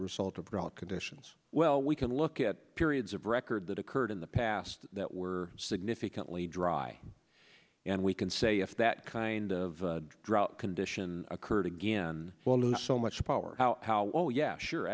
result of drought conditions well we can look at periods of record that occurred in the past that were significantly dry and we can say if that kind of drought condition occurred again well not so much power how oh yeah sure